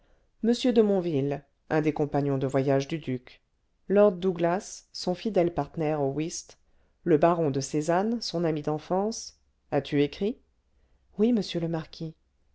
de montville un des compagnons de voyage du duc lord douglas son fidèle partner au whist le baron de sézannes son ami d'enfance as-tu écrit oui monsieur le marquis